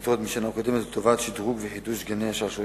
1 3. העבודות מבוצעות על-ידי תאגיד המים "הגיחון".